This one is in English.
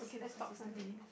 first sister that lead